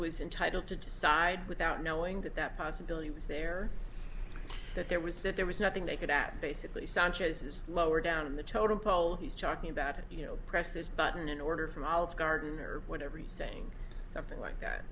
was entitle to decide without knowing that that possibility was there that there was that there was nothing they could that basically sanchez is lower down the totem pole he's talking about you know press this button an order from olive garden or whatever saying something like that